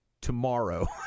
tomorrow